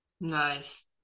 Nice